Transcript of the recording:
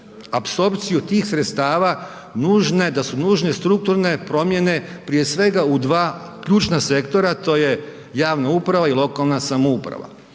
apsorpciju tih sredstva da su nužne strukturne promjene prije svega u dva ključna sektora a to je javna uprava i lokalna samouprava.